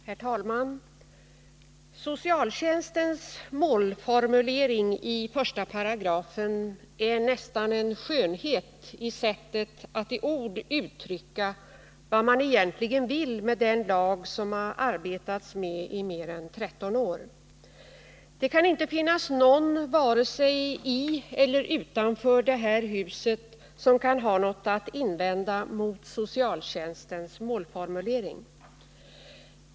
Herr talman! Socialtjänstens målformulering i 1 § är nästan en skönhet i sättet att i ord uttrycka vad man egentligen vill med den lag som det har arbetats med i mer än 13 år. Det kan inte finnas någon, vare sig i eller utanför det här huset, som kan ha något att invända mot socialtjänstens målformulering.